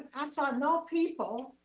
i saw no people